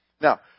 Now